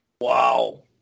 Wow